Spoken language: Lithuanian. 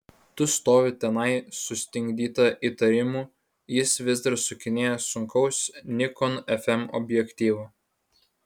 tu stovi tenai sustingdyta įtarimų jis vis dar sukinėja sunkaus nikon fm objektyvą